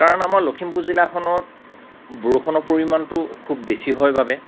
কাৰণ আমাৰ লখিমপুৰ জিলাখনত বৰষুণৰ পৰিমানটো খুব বেছি হয় বাবে